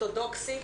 אורתודוקסית,